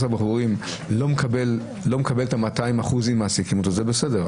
הבוחרים לא מקבל את ה-200% אם מעסיקים אותו זה בסדר.